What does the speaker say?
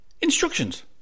instructions